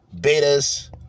Beta's